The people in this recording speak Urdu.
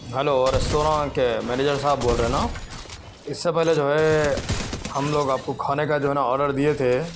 ہیلو ریستوراں کے مینجر صاحب بول رہے ہیں نہ اس سے پہلے جو ہے ہم لوگ آپ کو کھانے کا جو ہے نا آڈر دیے تھے